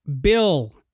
Bill